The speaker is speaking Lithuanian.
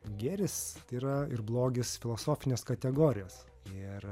gėris tai yra ir blogis filosofinės kategorijos ir